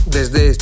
Desde